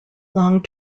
long